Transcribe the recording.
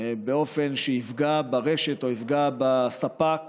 באופן שיפגע ברשת או יפגע בספק